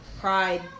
Pride